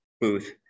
booth